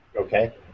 Okay